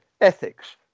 ethics